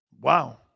Wow